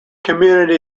community